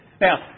Now